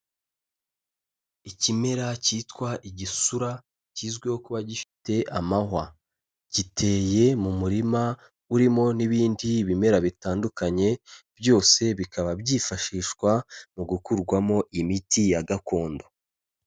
Ikimera cyitwa igisura kizwiho kuba gifite amahwa, giteye mu murima urimo n'ibindi bimera bitandukanye, byose bikaba byifashishwa mu gukurwamo imiti ya gakondo.